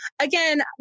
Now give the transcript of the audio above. again